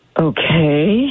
Okay